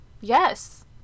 Yes